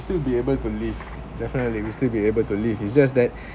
still will be able to live definitely will still be able to live it's just that